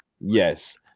yes